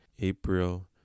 April